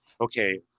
okay